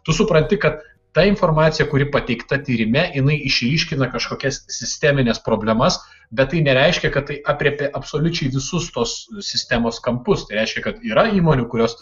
tu supranti kad ta informacija kuri pateikta tyrime jinai išryškina kažkokias sistemines problemas bet tai nereiškia kad tai aprėpė absoliučiai visus tuos du sistemos kampus tai reiškia kad yra įmonių kurios